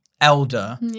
elder